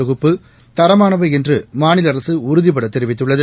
தொகுப்பு தரமானவை என்று மாநில அரசு உறுதிபட தெரிவித்துள்ளது